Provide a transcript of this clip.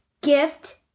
gift